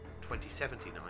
2079